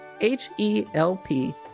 H-E-L-P